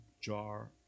jar